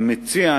המציע,